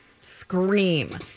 scream